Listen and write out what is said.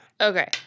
Okay